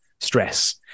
stress